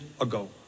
ago